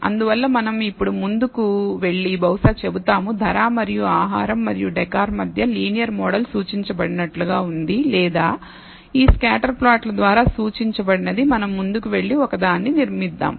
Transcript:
అందువల్ల మనం ఇప్పుడు ముందుకు వెళ్లి బహుశా చెబుతాము ధర మరియు ఆహారం మరియు డెకర్ మధ్య లీనియర్ మోడల్ సూచించబడినట్లుగా ఉంది లేదా ఈ స్కాటర్ ప్లాట్ల ద్వారా సూచించబడినది మనం ముందుకు వెళ్లి ఒకదాన్ని నిర్మిద్దాం